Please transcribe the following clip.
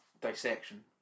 dissection